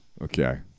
Okay